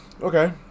Okay